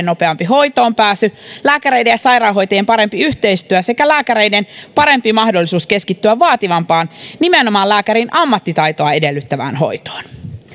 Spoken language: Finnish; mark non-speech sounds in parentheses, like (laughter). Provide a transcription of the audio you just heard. (unintelligible) nopeampi hoitoonpääsy lääkäreiden ja sairaanhoitajien parempi yhteistyö sekä lääkäreiden parempi mahdollisuus keskittyä vaativampaan nimenomaan lääkärin ammattitaitoa edellyttävään hoitoon